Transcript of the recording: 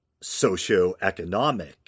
socioeconomic